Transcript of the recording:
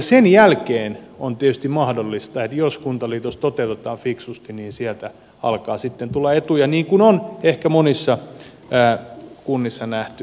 sen jälkeen on tietysti mahdollista että jos kuntaliitos toteutetaan fiksusti niin sieltä alkaa sitten tulla etuja niin kuin on ehkä monissa kunnissa nähty